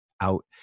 out